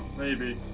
maybe.